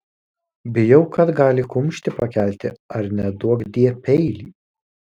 bijau kad gali kumštį pakelti ar neduokdie peilį